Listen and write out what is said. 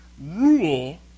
rule